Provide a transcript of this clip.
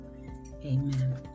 Amen